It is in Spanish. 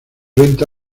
renta